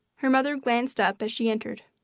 her mother glanced up as she entered.